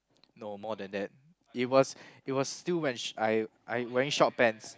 no more than that it was it was still when sh~ I I wearing short pants